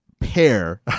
pair